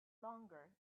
longer